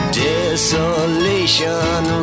desolation